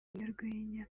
umunyarwenya